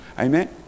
Amen